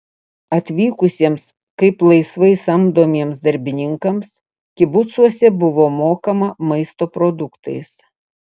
atvykusiems kaip laisvai samdomiems darbininkams kibucuose buvo mokama maisto produktais